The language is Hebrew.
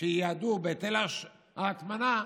שייעדו בהיטל ההטמנה,